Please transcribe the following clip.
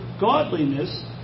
godliness